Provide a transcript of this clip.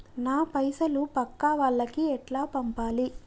నా పైసలు పక్కా వాళ్లకి ఎట్లా పంపాలి?